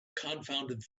confounded